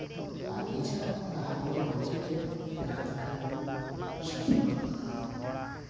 ᱟᱨ ᱮᱪᱷᱟᱲᱟ ᱦᱚᱸ ᱰᱟᱦᱟᱨ ᱠᱚᱨᱮ ᱢᱟᱡᱷᱮ ᱥᱟᱡᱷᱮ ᱨᱟᱱ ᱟᱠᱷᱨᱤᱧ ᱠᱚ ᱥᱟᱫᱚᱢᱟᱜ ᱚᱱᱟ